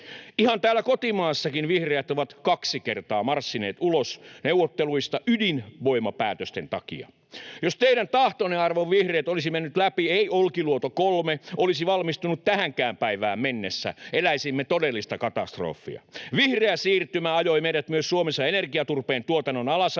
Ihan täällä kotimaassakin vihreät ovat kaksi kertaa marssineet ulos neuvotteluista ydinvoimapäätösten takia. Jos teidän tahtonne, arvon vihreät, olisi mennyt läpi, ei Olkiluoto 3 olisi valmistunut tähänkään päivään mennessä. Eläisimme todellista katastrofia. Vihreä siirtymä ajoi meidät myös Suomessa energiaturpeen tuotannon alasajoon